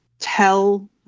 tell